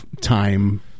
time